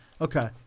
Okay